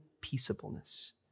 peaceableness